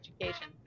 education